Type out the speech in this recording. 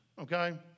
okay